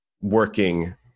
working